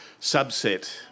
subset